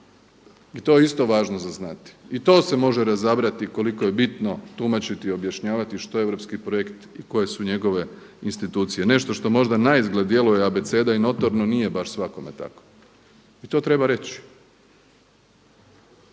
I to je isto važno za znati, i to se može razabrati koliko je bitno tumačiti i objašnjavati što je europski projekt i koje su njegove institucije, nešto što možda naizgled djeluje abeceda i notorno nije baš svakome tako. I to treba reći.